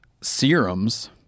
serums